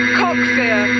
cock-fear